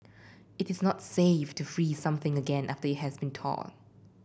it is not safe to freeze something again after it has been thawed